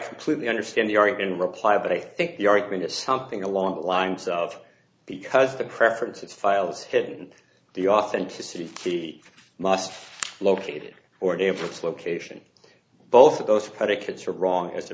completely understand the or even reply but i think the argument is something along the lines of because the preferences files hidden the authenticity of the must located or dangerous location both of those predicates are wrong as a